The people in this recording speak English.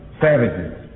savages